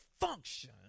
function